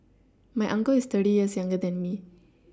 my uncle is thirty years younger than me